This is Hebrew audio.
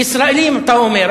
לישראלים, אתה אומר.